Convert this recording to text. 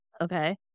Okay